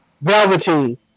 Velveteen